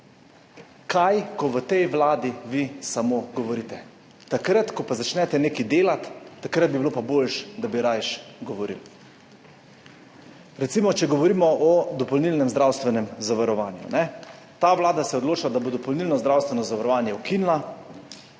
kaj, ko v tej vladi vi samo govorite. Takrat, ko pa začnete nekaj delati, takrat bi bilo pa boljše, da bi raje govorili. Recimo, če govorimo o dopolnilnem zdravstvenem zavarovanju. Ta vlada se je odločila, da bo dopolnilno zdravstveno zavarovanje ukinila.